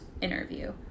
interview